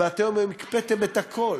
ואתם הקפאתם את הכול.